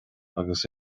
agus